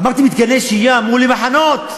אמרתי: מתקני שהייה, אמרו לי: מחנות.